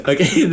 Okay